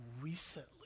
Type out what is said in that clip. recently